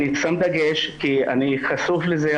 אני שם דגש כי אני חשוף לזה,